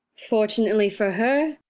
fortunately for her,